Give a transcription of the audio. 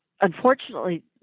unfortunately